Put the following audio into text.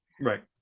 Right